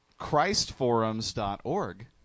Christforums.org